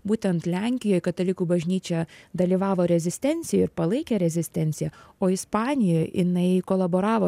būtent lenkijoj katalikų bažnyčia dalyvavo rezistencijoj ir palaikė rezistenciją o ispanijoj jinai kolaboravo